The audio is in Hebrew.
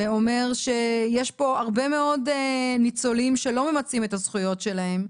שאומר שיש פה הרבה מאוד ניצולים שלא ממצים את הזכויות שלהם.